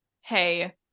Hey